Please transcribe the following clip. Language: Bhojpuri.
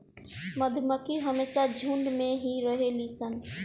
मधुमक्खी हमेशा झुण्ड में ही रहेली सन